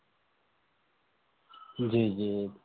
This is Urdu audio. جی جی